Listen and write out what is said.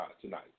tonight